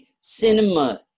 cinema